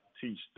teach